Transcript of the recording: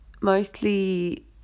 Mostly